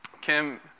Kim